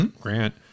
Grant